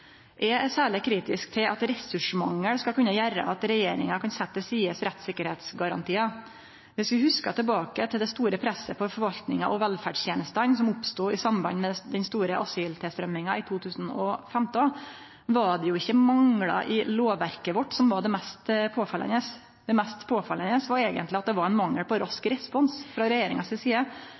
Eg er særleg kritisk til at ressursmangel skal kunne gjere at regjeringa kan setje til side rettssikkerheitsgarantiar. Om vi hugsar tilbake til det store presset på forvaltinga og velferdstenestene som oppstod i samband med den store asyltilstrøyminga i 2015, var det ikkje manglar i lovverket vårt som var det mest påfallande. Det mest påfallande var eigentleg mangel på rask respons frå regjeringa si side.